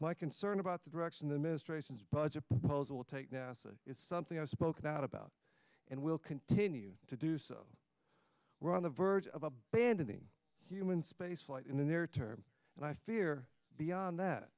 my concern about the direction the ministrations budget proposal take nasa is something i spoke about about and will continue to do so we're on the verge of abandoning human spaceflight in the near term and i fear beyond that